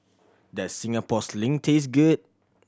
does Singapore Sling taste good